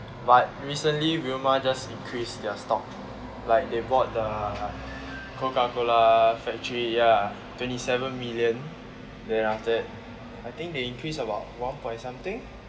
but recently wilmar just increase their stock like they bought the Coca Cola factory ya twenty seven million then after that I think they increase about one point something